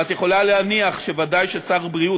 ואת יכולה להניח שוודאי ששר בריאות,